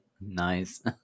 Nice